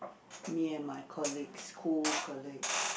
me and my colleagues two colleagues